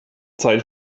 zeit